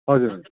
हजुर